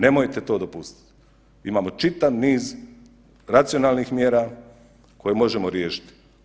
Nemojte to dopustiti, imamo čitav niz racionalnih mjera koje možemo riješiti.